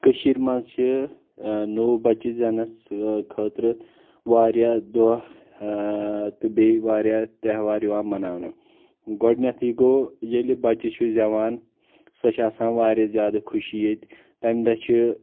کٔشیٖرِ منٛز چھِ نوٚو بچہٕ زینس خٲطرٕ واریاہ دۄہ تہٕ بیٚیہِ واریاہ تہوار یِوان مناونہٕ گۄڈٕنٮ۪تھٕے گوٚو ییٚلہِ بچہِ چھُ زیوان سۄ چھِ آسان واریاہ زیادٕ خوشی ییٚتہِ تمہِ دۄہ چھٕ